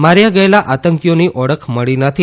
માર્યા ગયેલા આતંકીઓની ઓળખ મળી નથી